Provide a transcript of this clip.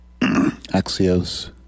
Axios